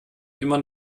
immer